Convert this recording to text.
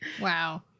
Wow